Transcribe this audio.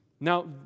Now